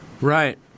Right